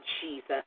Jesus